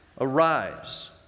Arise